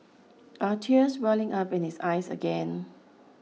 are tears welling up in his eyes again